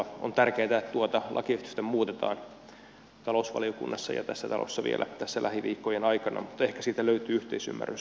on tärkeätä että tuota lakiesitystä muutetaan talousvaliokunnassa ja tässä talossa vielä tässä lähiviikkojen aikana mutta ehkä siitä löytyy yhteisymmärrys